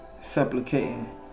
supplicating